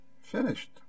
finished